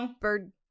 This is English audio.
bird